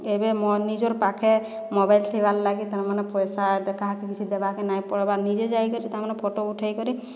ଏବେ ମୋ ନିଜର ପାଖେ ମୋବାଇଲ ଥିବାର ଲାଗି ତାଙ୍କ ମାନକେ ପଇସା ତ କାହାକେ କିଛି ଦେବାକେ ନାହିଁ ପଡ଼୍ବା ନିଜେ ଯାଇକରି ତୁମେ ମାନେ ଫଟୋ ଉଠାଇକରି